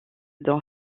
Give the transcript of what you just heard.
dans